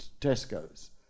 Tesco's